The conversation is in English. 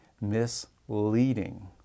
misleading